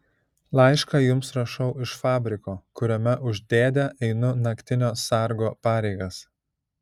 laišką jums rašau iš fabriko kuriame už dėdę einu naktinio sargo pareigas